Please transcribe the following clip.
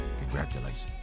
congratulations